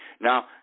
Now